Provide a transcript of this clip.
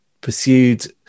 pursued